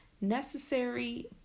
necessary